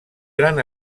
gran